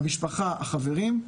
המשפחה והחברים,